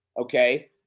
Okay